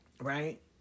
Right